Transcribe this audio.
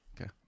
Okay